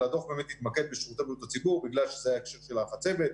אבל הדוח באמת התמקד בשירותי בריאות הציבור כי היה ההקשר של החצבת,